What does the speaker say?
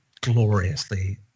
gloriously